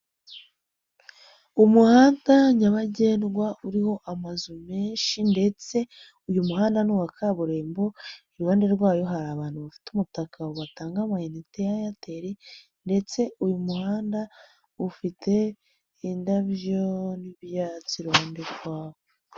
Umuhanda nyabagendwa uriho amazu menshi ndetse uyu muhanda ni uwa kaburimbo. Iruhande rwawo hari abantu bafite umutaka batanga amayinite ya Airtel ndetse uyu muhanda ufite indabyo ni ibyatsi iruhande rwawo.